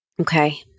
Okay